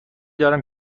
دارم